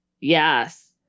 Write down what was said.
Yes